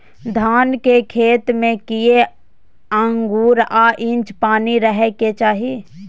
धान के खेत में कैए आंगुर आ इंच पानी रहै के चाही?